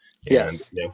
Yes